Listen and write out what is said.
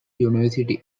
university